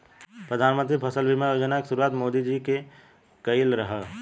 प्रधानमंत्री फसल बीमा योजना के शुरुआत मोदी जी के कईल ह